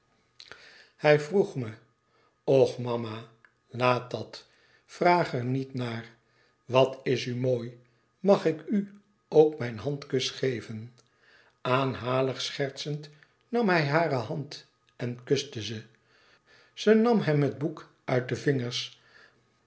hij vroeg me och mama laat dat vraag er niet naar wat is u mooi mag ik u ook mijn handkus geven aanhalig schertsend nam hij hare hand en kuste ze zij nam hem het boek uit de vingers